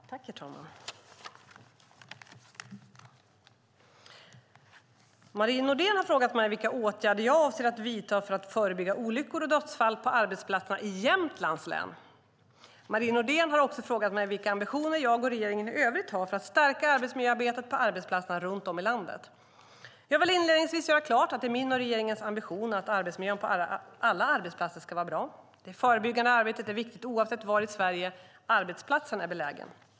Herr talman! Marie Nordén har frågat mig vilka åtgärder jag avser att vidta för att förebygga olyckor och dödsfall på arbetsplatserna i Jämtlands län. Marie Nordén har också frågat mig vilka ambitioner jag och regeringen i övrigt har för att stärka arbetsmiljöarbetet på arbetsplatserna runt om i landet. Jag vill inledningsvis göra klart att det är min och regeringens ambition att arbetsmiljön på alla arbetsplatser ska vara bra. Det förebyggande arbetet är viktigt oavsett var i Sverige arbetsplatsen är belägen.